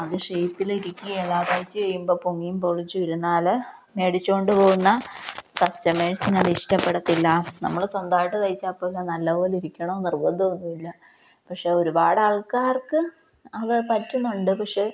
അത് ഷെയ്പ്പിലിരിക്കുകയില്ല തയ്ച്ചു കഴിയുമ്പോള് പൊങ്ങിയും പൊളിച്ചും ഇരുന്നാല് വാങ്ങിക്കൊണ്ടുപോകുന്ന കസ്റ്റമേഴ്സിനത് ഇഷ്ടപ്പെടത്തില്ല നമ്മള് സ്വന്തമായിട്ട് തയ്ച്ചാല്പ്പോലും നല്ല പോലെ ഇരിക്കണമെന്നു നിർബന്ധമൊന്നുമില്ല പക്ഷെ ഒരുപാട് ആൾക്കാർക്ക് അവ പറ്റുന്നുണ്ട് പക്ഷേ